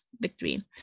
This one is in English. victory